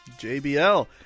JBL